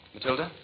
Matilda